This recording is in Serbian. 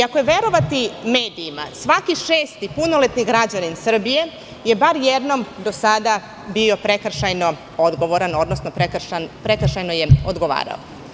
Ako je verovati medijima, svaki šesti punoletni građanin Srbije je bar jednom do sada bio prekršajno odgovoran, odnosno prekršajno je odgovarao.